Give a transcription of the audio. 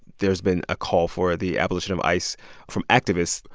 there's been a call for the abolition of ice from activists.